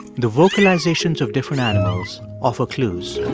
the vocalizations of different animals offer clues